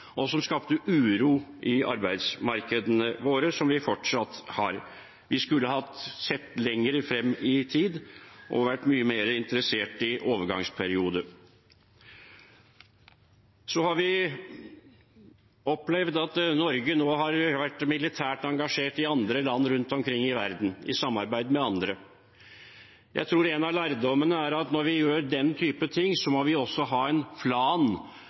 skapte uro i arbeidsmarkedene våre – som vi fortsatt har. Vi skulle sett lenger frem i tid og vært mye mer interessert i en overgangsperiode. Vi har opplevd at Norge har vært militært engasjert i andre land rundt omkring i verden i samarbeid med andre. Jeg tror en av lærdommene er at når vi gjør den type ting, må vi også ha en plan